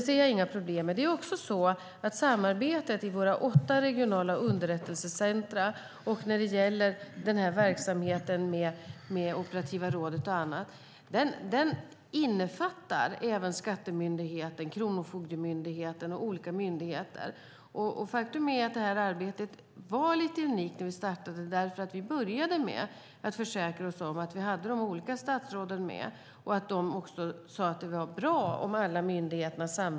Samarbetet mellan våra åtta regionala underrättelsecentrum, operativa rådet och annat innefattar även skattemyndigheten, Kronofogdemyndigheten och andra myndigheter. Faktum är att det här arbetet var lite unikt när vi startade, därför att vi började med att försäkra oss om att vi hade de olika statsråden med.